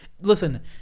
Listen